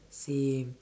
same